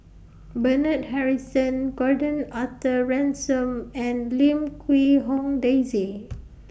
Bernard Harrison Gordon Arthur Ransome and Lim Quee Hong Daisy